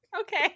okay